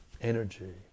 Energy